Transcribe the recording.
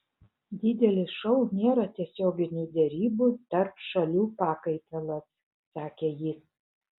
didelis šou nėra tiesioginių derybų tarp šalių pakaitalas sakė jis